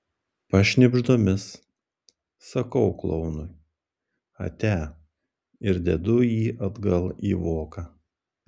pašnibždomis sakau klounui ate ir dedu jį atgal į voką